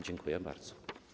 Dziękuję bardzo.